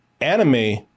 anime